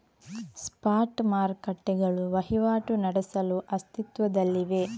spot ಮಾರುಕಟ್ಟೆಗಳು ವಹಿವಾಟು ನಡೆಸಲು ಅಸ್ತಿತ್ವದಲ್ಲಿವೆ